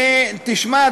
תשמע,